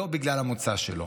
לא בגלל המוצא שלו.